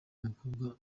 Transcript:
n’umukobwa